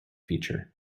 feature